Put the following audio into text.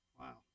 Wow